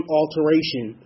alteration